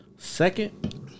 Second